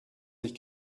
nicht